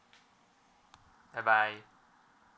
bye bye